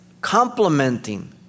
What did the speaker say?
complementing